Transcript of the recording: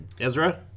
Ezra